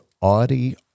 Audi